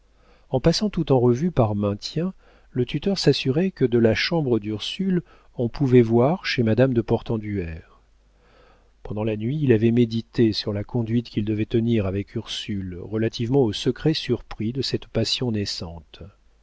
en passant tout en revue par maintien le tuteur s'assurait que de la chambre d'ursule on pouvait voir chez madame de portenduère pendant la nuit il avait médité sur la conduite qu'il devait tenir avec ursule relativement au secret surpris de cette passion naissante